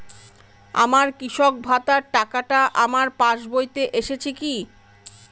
আমার কৃষক ভাতার টাকাটা আমার পাসবইতে এসেছে কি?